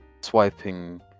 swiping